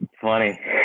funny